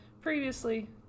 previously